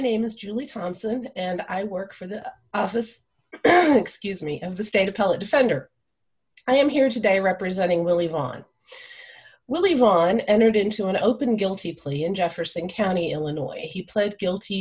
name is julie thompson and i work for the office excuse me of the state appellate defender i am here today representing relief on will leave on entered into an open guilty plea in jefferson county illinois he pled guilty